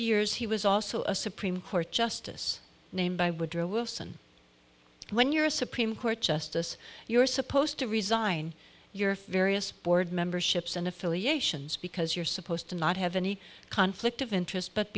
years he was also a supreme court justice named by woodrow wilson when you're a supreme court justice you're supposed to resign your various board memberships and affiliations because you're supposed to not have any conflict of interest but